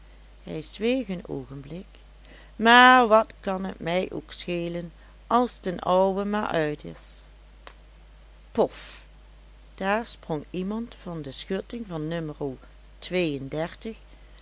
hij zweeg een oogenblik maar wat kan t mij ook schelen als den ouwe maar uit is pof daar sprong iemand van de schutting van